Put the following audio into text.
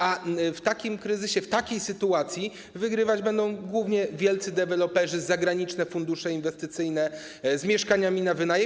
A w takim kryzysie, w takiej sytuacji wygrywać będą głównie wielcy deweloperzy, zagraniczne fundusze inwestycyjne z mieszkaniami na wynajem.